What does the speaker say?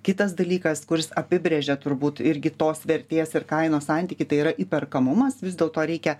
kitas dalykas kuris apibrėžia turbūt irgi tos vertės ir kainos santykį tai yra įperkamumas vis dėlto reikia